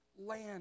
land